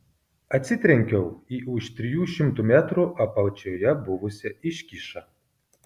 atsitrenkiau į už trijų šimtų metrų apačioje buvusią iškyšą